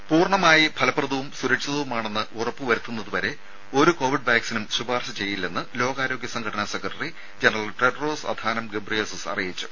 രുമ പൂർണ്ണമായി ഫലപ്രദവും സുരക്ഷിതവുമാണെന്ന് ഉറപ്പ് വരുത്തുന്നത് വരെ ഒരു കോവിഡ് വാക്സിനും ശുപാർശ ചെയ്യില്ലെന്ന് ലോകാരോഗ്യ സംഘടനാ secretary general Tedros Adhanom Ghebreyesus അറിയിച്ചു